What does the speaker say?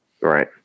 Right